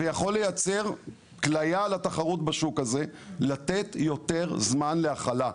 ויכול לייצא כלייה לתחרות בשוק הזה לתת יותר זמן להכלה.